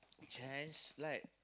chance like